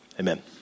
Amen